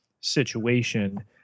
situation